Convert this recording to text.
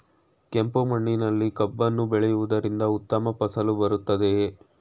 ಕೆಂಪು ಮಣ್ಣಿನಲ್ಲಿ ಕಬ್ಬನ್ನು ಬೆಳೆಯವುದರಿಂದ ಉತ್ತಮ ಫಸಲು ಬರುತ್ತದೆಯೇ?